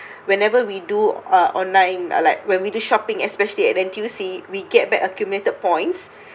whenever we do uh online ah like when we to shopping especially at N_T_U_C we get back accumulated points